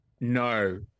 No